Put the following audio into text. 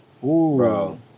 bro